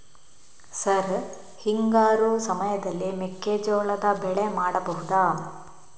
Sir ಹಿಂಗಾರು ಸಮಯದಲ್ಲಿ ಮೆಕ್ಕೆಜೋಳದ ಬೆಳೆ ಮಾಡಬಹುದಾ?